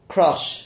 Crush